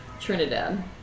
Trinidad